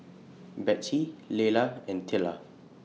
Betsey Leila and Tilla